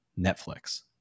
Netflix